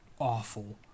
awful